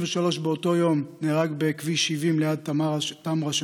באותו יום נהרג הולך רגל בן 23 בכביש 70 ליד טמרה שבגליל.